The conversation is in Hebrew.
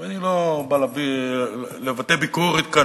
ואני לא בא לבטא ביקורת כאן,